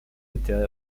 étaient